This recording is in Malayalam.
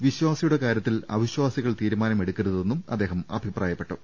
വിശ്വാസിയുടെ കാര്യത്തിൽ അവിശ്വാസികൾ തീരുമാനം എടുക്കരുതെന്നും അദ്ദേഹം അഭിപ്രായപ്പെട്ടു